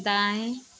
दाएं